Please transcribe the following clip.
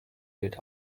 gilt